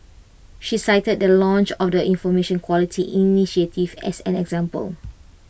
she cited the launch of the Information Quality initiative as an example